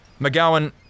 McGowan